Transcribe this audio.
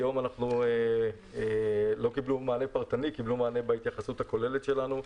לא קיבלו מענה פרטני אלא קיבלו מענה בהתייחסות הכוללת שלנו.